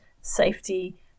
safety